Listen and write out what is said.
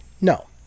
No